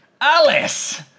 Alice